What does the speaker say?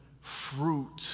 fruit